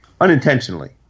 unintentionally